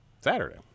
Saturday